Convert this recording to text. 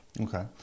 Okay